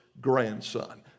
grandson